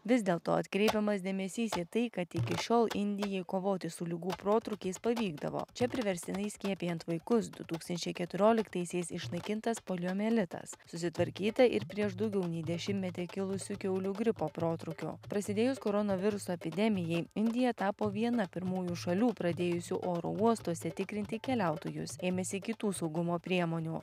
vis dėlto atkreipiamas dėmesys į tai kad iki šiol indijai kovoti su ligų protrūkiais pavykdavo čia priverstinai skiepijant vaikus du tūkstančiai keturioliktaisiais išnaikintas poliomielitas susitvarkyta ir prieš daugiau nei dešimtmetį kilusiu kiaulių gripo protrūkiu prasidėjus koronaviruso epidemijai indija tapo viena pirmųjų šalių pradėjusių oro uostuose tikrinti keliautojus ėmėsi kitų saugumo priemonių